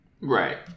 Right